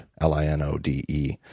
L-I-N-O-D-E